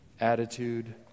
Attitude